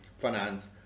finance